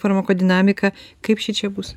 farmakodinamika kaip šičia bus